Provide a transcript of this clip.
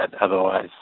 otherwise